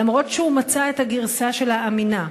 אף שמצא את הגרסה שלה אמינה,